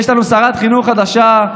יש לנו שרת חינוך חדשה,